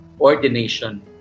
ordination